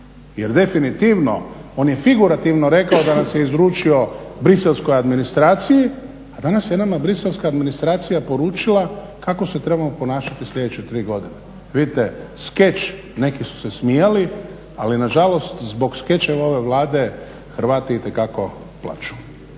jer definitivno on je figurativno rekao da nas je izručio briselskoj administraciji a danas je nama briselska administracija poručila kako se trebamo ponašati sljedeće tri godine. Vidite skeč, neki su se smijali, ali nažalost zbog skečeva ove Vlade Hrvati itekako plaču.